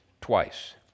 twice